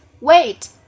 Wait